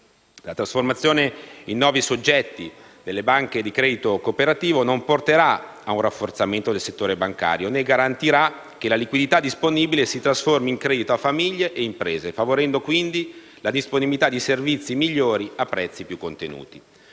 La trasformazione in nuovi soggetti delle banche di credito cooperativo non porterà a un rafforzamento del settore bancario, né garantirà che la liquidità disponibile si trasformi in credito a famiglie e imprese, favorendo quindi la disponibilità di servizi migliori a prezzi più contenuti.